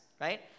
right